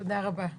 תודה רבה.